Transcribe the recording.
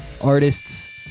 artists